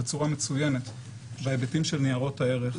בצורה מצוינת בהיבטים של ניירות הערך.